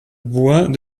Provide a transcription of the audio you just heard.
bois